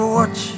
watch